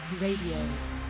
Radio